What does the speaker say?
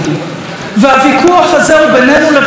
והוויכוח הזה הוא בינינו לבין עצמנו,